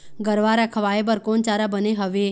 गरवा रा खवाए बर कोन चारा बने हावे?